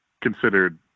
considered